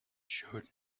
showed